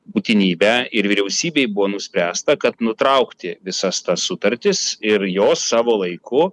būtinybę ir vyriausybėj buvo nuspręsta kad nutraukti visas tas sutartis ir jos savo laiku